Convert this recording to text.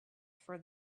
for